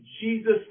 Jesus